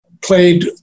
played